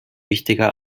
wichtiger